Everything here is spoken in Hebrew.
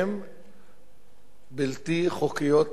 בלתי חוקיות לחלוטין.